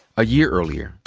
a year earlier,